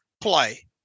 play